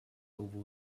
over